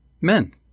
Men